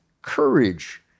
courage